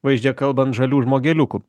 vaizdžiai kalbant žalių žmogeliukų